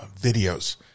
videos